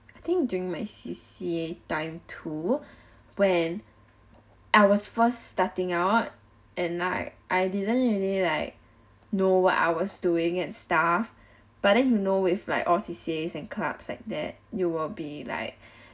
I think during my C_C_A time too when I was first starting out and like I didn't really like know what I was doing and stuff but then you know with like all C_C_As and clubs like that you will be like